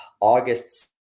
August